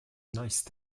nice